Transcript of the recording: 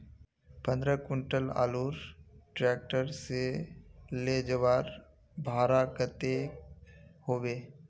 पंद्रह कुंटल आलूर ट्रैक्टर से ले जवार भाड़ा कतेक होबे?